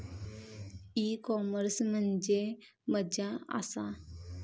E commerce म्हणजे मझ्या आसा?